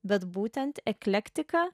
bet būtent eklektiką